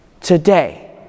Today